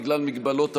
בגלל מגבלות הבריאות,